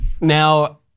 Now